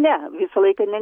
ne visą laiką ne